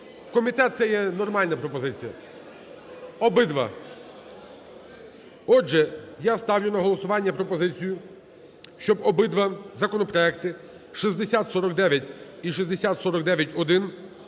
комітет, це є нормальна пропозиція. Обидва. Отже, я ставлю на голосування пропозицію, щоб обидва законопроекти, 6049 і 6049-1,